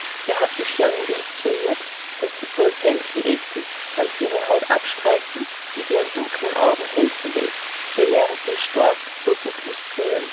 wer hat die schlange instruiert daß sie soll fenchel essen wann sie ihre haut abstreifen und ihren dunkeln augen helfen will wer lehret den storck sich zu